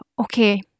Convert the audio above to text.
okay